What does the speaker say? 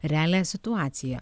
realią situaciją